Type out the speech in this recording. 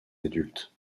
adultes